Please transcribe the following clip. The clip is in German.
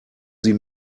sie